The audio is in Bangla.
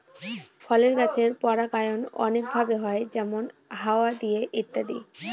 ফলের গাছের পরাগায়ন অনেক ভাবে হয় যেমন হাওয়া দিয়ে ইত্যাদি